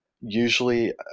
Usually